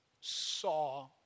saw